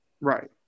Right